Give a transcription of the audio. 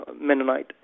Mennonite